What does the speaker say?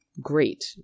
great